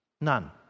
None